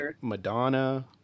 Madonna